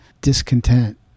discontent